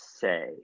say